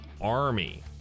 Army